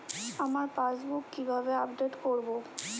আমার পাসবুক কিভাবে আপডেট করবো?